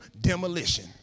Demolition